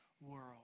world